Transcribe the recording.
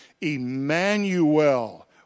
Emmanuel